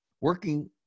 working